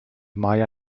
maja